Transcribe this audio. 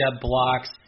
blocks